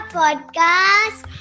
podcast